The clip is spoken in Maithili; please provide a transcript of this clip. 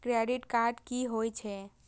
क्रेडिट कार्ड की होई छै?